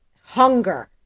hunger